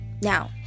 now